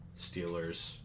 Steelers